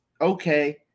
okay